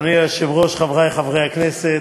אדוני היושב-ראש, חברי חברי הכנסת,